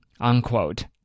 unquote